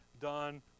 done